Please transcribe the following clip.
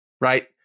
right